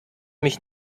mich